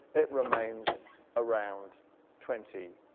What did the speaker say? it remains around twenty.